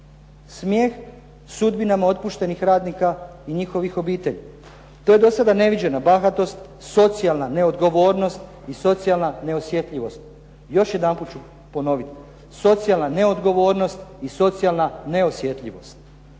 smijeh sudbinama otpuštenih radnika i njihovih obitelji. To je do sada neviđena bahatost, socijalna neodgovornost i socijalna neosjetljivost. Još jedanput ću ponoviti, socijalna neodgovornost i socijalna neosjetljivost.